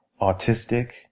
autistic